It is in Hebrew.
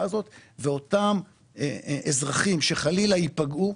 הזאת ולסייע בצורה הטובה ביותר לאותם אזרחים שחלילה ייפגעו